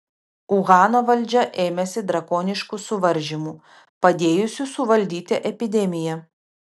uhano valdžia ėmėsi drakoniškų suvaržymų padėjusių suvaldyti epidemiją